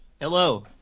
Hello